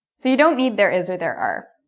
so you don't need there is or there are.